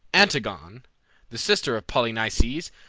antigone, the sister of polynices,